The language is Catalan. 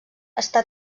està